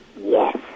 Yes